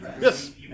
Yes